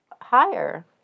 higher